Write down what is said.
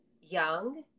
young